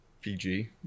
PG